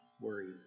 worried